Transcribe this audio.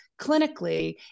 clinically